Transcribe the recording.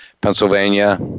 Pennsylvania